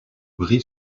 bry